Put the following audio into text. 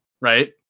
right